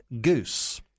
Goose